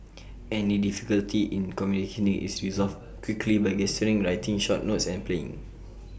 any difficulty in communicating is resolved quickly by gesturing writing short notes and playing